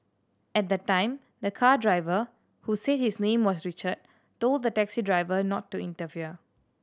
at the time the car driver who said his name was Richard told the taxi driver not to interfere